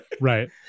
Right